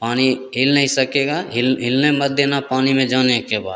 पानी हिल नहीं सकेगा हिलने मत देना पानी में जाने के बाद